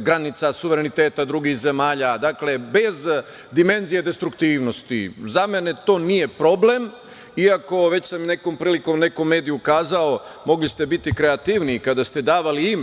granica suvereniteta drugih zemalja, dakle bez dimenzije destruktivnosti, za mene to nije problem, iako sam već nekom prilikom na nekom mediju kazao da ste mogli biti kreativniji kada ste davali ime.